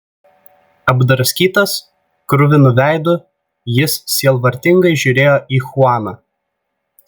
apdraskytas kruvinu veidu jis sielvartingai žiūrėjo į chuaną